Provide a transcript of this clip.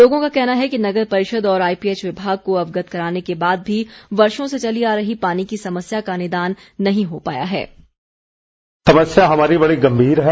लोगों का कहना है कि नगर परिषद और आईपीएच विभाग को अवगत कराने के बाद भी वर्षों से चली आ रही पानी की समस्या का निदान नहीं हो पाया है